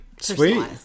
Sweet